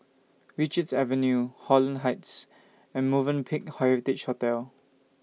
Richards Avenue Holland Heights and Movenpick Heritage Hotel